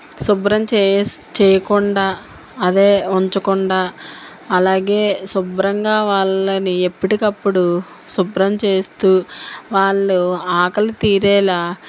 శుభ్రం చేసి చేయకుండా అదే ఉంచకుండా అలాగే శుభ్రంగా వాళ్ళని ఎప్పటికప్పుడు శుభ్రం చేస్తు వాళ్ళ ఆకలి తీరేలాగా